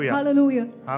Hallelujah